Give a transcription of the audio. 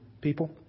people